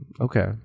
okay